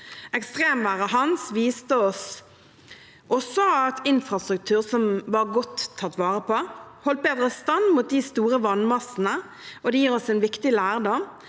Ekstremværet Hans viste oss også at infrastruktur som var godt tatt vare på, holdt bedre stand mot de store vannmassene. Det gir oss en viktig lærdom